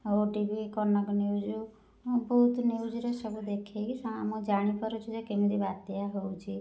ଆଉ OTV Kanak news ବହୁତ ନ୍ୟୁଜରେ ସବୁ ଦେଖାଇକି ସ ଆମେ ଜାଣିପାରୁଛୁ ଯେ କେମିତି ବାତ୍ୟା ହେଉଛି